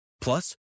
Plus